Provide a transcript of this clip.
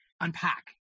unpack